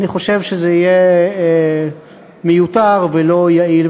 אני חושב שזה יהיה מיותר ולא יעיל.